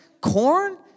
Corn